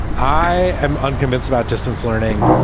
i am unconvinced about distance learning.